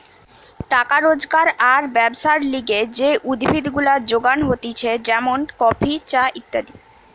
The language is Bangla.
টাকা রোজগার আর ব্যবসার লিগে যে উদ্ভিদ গুলা যোগান হতিছে যেমন কফি, চা ইত্যাদি